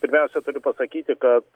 pirmiausia turiu pasakyti kad